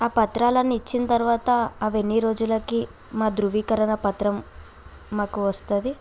ఆ పత్రాలు అన్నీ ఇచ్చిన తర్వాత అవి ఎన్ని రోజులకి మా ధృవీకరణ పత్రం మాకు వస్తుంది